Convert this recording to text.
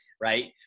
right